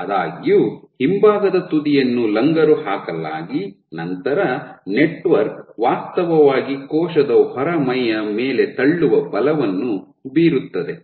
ಆದಾಗ್ಯೂ ಹಿಂಭಾಗದ ತುದಿಯನ್ನು ಲಂಗರು ಹಾಕಲಾಗಿ ನಂತರ ನೆಟ್ವರ್ಕ್ ವಾಸ್ತವವಾಗಿ ಕೋಶದ ಹೊರಮೈಯ ಮೇಲೆ ತಳ್ಳುವ ಬಲವನ್ನು ಬೀರುತ್ತದೆ